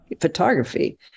photography